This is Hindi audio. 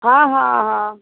हाँ हाँ हाँ